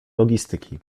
logistyki